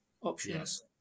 Options